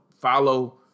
follow